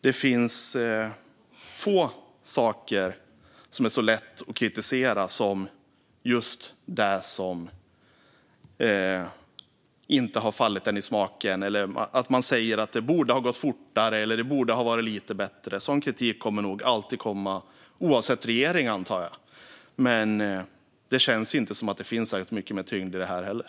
Det finns få saker som är så lätta att kritisera som just det som inte har fallit en i smaken. Man säger att det borde ha gått fortare eller att det borde ha varit lite bättre. Jag antar att sådan kritik alltid kommer att komma, oavsett regering. Men det känns inte som att det finns särskilt mycket tyngd i det här heller.